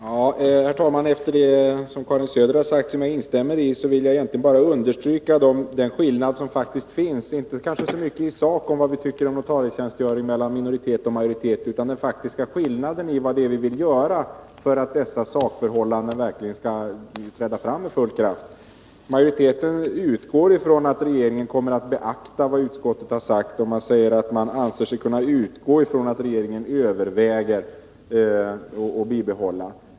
Herr talman! Efter det som Karin Söder har sagt och som jag instämmer i vill jag egentligen bara understryka den skillnad som faktiskt finns mellan minoritet och majoritet — kanske inte så mycket i sak när det gäller vad vi tycker om notarietjänstgöring, utan det gäller den faktiska skillnaden i vad regeringen vill göra för att detta sakförhållande verkligen klart skall framträda. Majoriteten förutsätter att regeringen kommer att beakta vad utskottet har sagt. Man säger att man anser sig kunna utgå från att regeringen överväger att behålla organisationen.